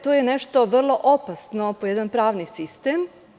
To je nešto vrlo opasno po jedan pravni sistem.